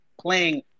playing